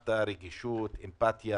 אמרת רגישות, אמפתיה